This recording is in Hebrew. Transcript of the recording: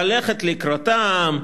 ללכת לקראתם,